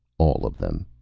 all of them.